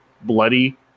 bloody